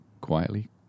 Quietly